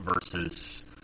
Versus